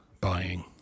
buying